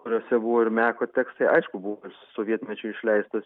kuriose buvo ir meko tekstai aišku buvo ir sovietmečiu išleistos